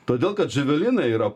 todėl kad džavelinai yra